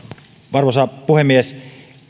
arvoisa puhemies